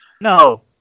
No